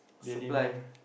supply